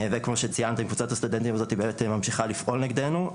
וכמו שציינתם קבוצת הסטודנטים הזאת בעצם ממשיכה לפעול נגדנו,